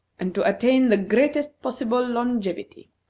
and to attain the greatest possible longevity.